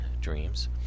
dreams